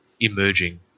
emerging